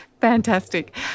Fantastic